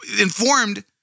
informed